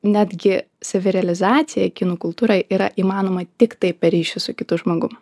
netgi savirealizacija kinų kultūroj yra įmanoma tiktai per ryšį su kitu žmogum